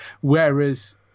whereas